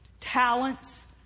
talents